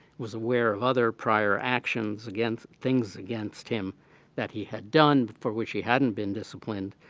was aware of other prior actions against things against him that he had done for which he hadn't been disciplined,